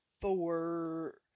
four